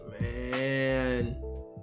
man